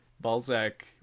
balzac